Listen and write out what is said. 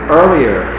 earlier